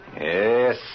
Yes